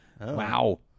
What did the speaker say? wow